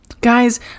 guys